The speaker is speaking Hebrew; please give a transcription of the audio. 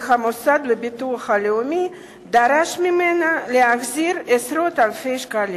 שהמוסד לביטוח הלאומי דרש ממנה להחזיר עשרות אלפי שקלים.